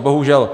Bohužel.